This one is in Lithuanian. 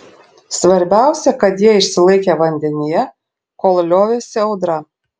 svarbiausia kad jie išsilaikė vandenyje kol liovėsi audra